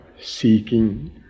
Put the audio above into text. seeking